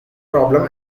problem